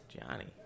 Johnny